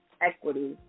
equity